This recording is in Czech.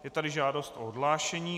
Je tady žádost o odhlášení.